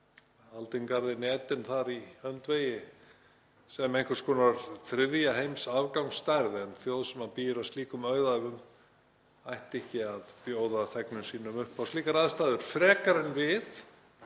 aldingarðinn Eden þar í öndvegi, sem einhvers konar þriðja heims afgangsstærð. En þjóð sem býr að slíkum auðæfum ætti ekki að bjóða þegnum sínum upp á slíkar aðstæður frekar en við